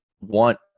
want